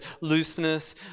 looseness